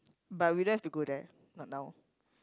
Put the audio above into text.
but we don't have to go there not now